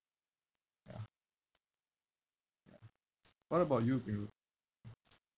ya what about you firul